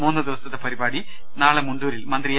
മൂന്നു ദിവസത്തെ പ്രിപാടികൾ നാളെ മുണ്ടൂരിൽ മന്ത്രി എ